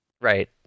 Right